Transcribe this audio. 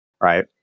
right